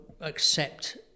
accept